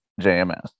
JMS